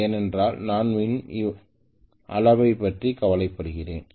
ஏனென்றால் நான் மின் அளவைப் பற்றி கவலைப்படுகிறேன்